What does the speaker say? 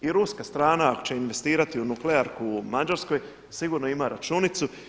I ruska strana ako će investirati u nuklearku u Mađarskoj, sigurno ima računicu.